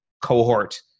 cohort